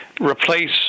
replace